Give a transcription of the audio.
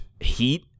heat